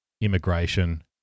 immigration